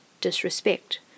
disrespect